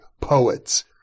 poets